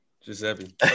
Giuseppe